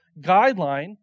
guideline